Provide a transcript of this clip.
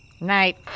Night